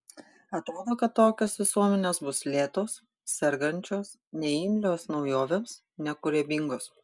atrodo kad tokios visuomenės bus lėtos sergančios neimlios naujovėms nekūrybingos